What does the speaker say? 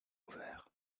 ouvert